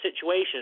situation